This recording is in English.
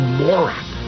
moron